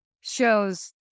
shows